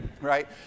right